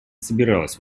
собиралась